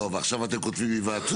טוב, עכשיו אתם כותבים היוועצות.